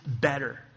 better